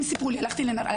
הם סיפרו לי, הלכתי לניחום.